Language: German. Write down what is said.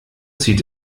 zieht